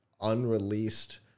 unreleased